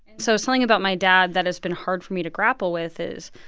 so something about my dad that has been hard for me to grapple with is,